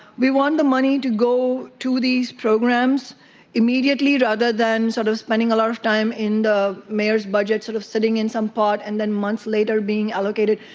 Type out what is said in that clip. we wanted the money to go to these programs immediately, rather than sort of spending a large time in the mayor's budget sort of sitting in some pot and then months later being reallocated.